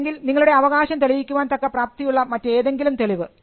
അല്ലെങ്കിൽ നിങ്ങളുടെ അവകാശം തെളിയിക്കുവാൻ തക്ക പ്രാപ്തിയുള്ള മറ്റേതെങ്കിലും തെളിവ്